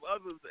others